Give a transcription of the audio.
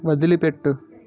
వదిలిపెట్టు